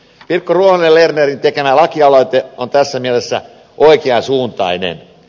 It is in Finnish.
pirkko ruohonen lernerin tekemä lakialoite on tässä mielessä oikeansuuntainen